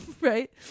right